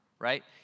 right